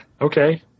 Okay